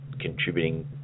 contributing